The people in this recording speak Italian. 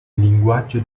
linguaggio